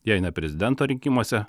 jei ne prezidento rinkimuose